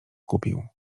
kupił